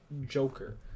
Joker